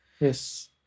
Yes